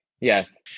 yes